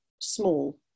small